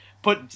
Put